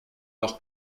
leur